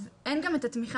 אז אין גם את התמיכה